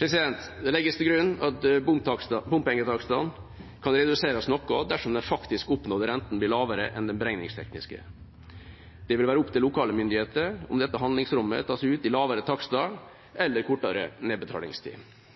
Det legges til grunn at bompengetakstene kan reduseres noe dersom den faktisk oppnådde renta blir lavere enn den beregningstekniske. Det vil være opp til lokale myndigheter om dette handlingsrommet tas ut i lavere takster eller kortere nedbetalingstid.